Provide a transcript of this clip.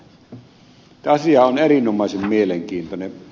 tämä asia on erinomaisen mielenkiintoinen